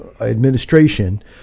administration